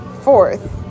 Fourth